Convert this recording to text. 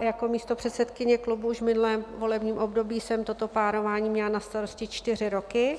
Jako místopředsedkyně klubu už v minulém volebním období jsem toto párování měla na starosti čtyři roky